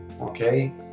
okay